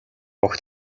огт